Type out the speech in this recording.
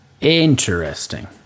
interesting